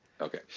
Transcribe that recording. Okay